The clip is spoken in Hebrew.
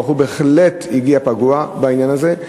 הבחור בהחלט הגיע פגוע מהעניין הזה.